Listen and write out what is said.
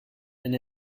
and